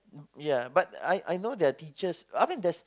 yeah but I I know there are teachers I mean there's